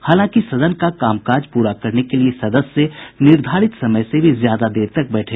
हालांकि सदन का कामकाज पूरा करने के लिए सदस्य निर्धारित समय से भी ज्यादा देर तक बैठे